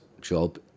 job